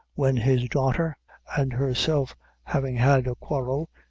when his daughter and herself having had a quarrel,